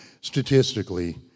statistically